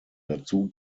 dazu